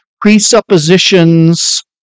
presuppositions